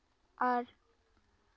ᱟᱨ